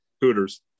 Hooters